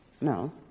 No